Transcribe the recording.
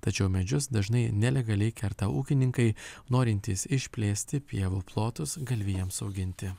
tačiau medžius dažnai nelegaliai kerta ūkininkai norintys išplėsti pievų plotus galvijams auginti